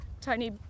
tiny